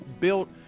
built